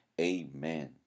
Amen